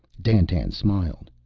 dandtan smiled.